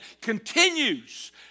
continues